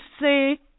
say